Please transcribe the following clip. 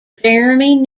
jeremy